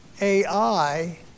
AI